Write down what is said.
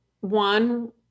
one